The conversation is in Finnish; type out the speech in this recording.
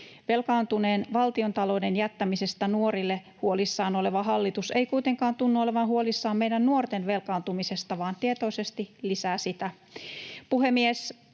Velkaantuneen valtiontalouden jättämisestä nuorille huolissaan oleva hallitus ei kuitenkaan tunnu olevan huolissaan meidän nuorten velkaantumisesta vaan tietoisesti lisää sitä. Puhemies!